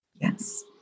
Yes